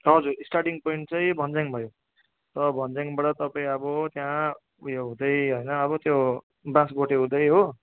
हजुर starting point चाहिँ भन्ज्याङ भयो र भन्ज्याङबाट तपाईँ अब त्यहाँ उयो हुँदै होइन अब त्यो बाँसबोटे हुँदै हो